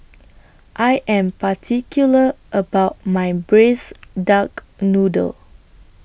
I Am particular about My Braised Duck Noodle